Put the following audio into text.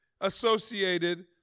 associated